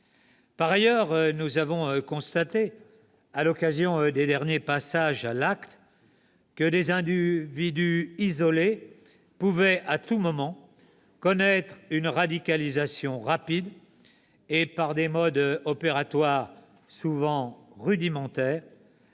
Par ailleurs, nous avons constaté à l'occasion des derniers passages à l'acte que des individus isolés pouvaient à tout moment connaître une radicalisation rapide et, par des modes opératoires souvent rudimentaires,